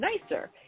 nicer